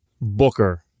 Booker